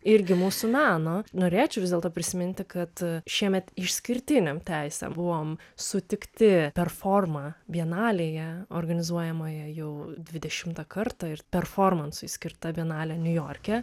irgi mūsų meno norėčiau vis dėlto prisiminti kad šiemet išskirtinėm teisėm buvom sutikti performa bienalėje organizuojama jau dvidešimtą kartą ir performansui skirta bienalė niujorke